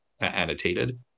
annotated